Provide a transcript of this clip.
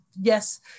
Yes